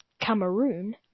Cameroon